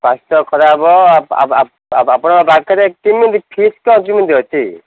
ସ୍ୱାସ୍ଥ୍ୟ ଖରାପ ଆପଣଙ୍କ ପାଖରେ କେମିତି ଫିସ୍ଟା କେମିତି ଅଛି